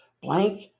Blank